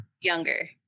Younger